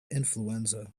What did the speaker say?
influenza